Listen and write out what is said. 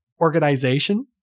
organization